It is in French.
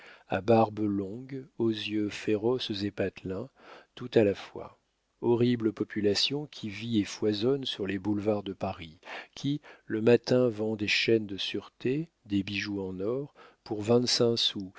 à barbes longues aux yeux féroces et patelins tout à la fois horrible population qui vit et foisonne sur les boulevards de paris qui le matin vend des chaînes de sûreté des bijoux en or pour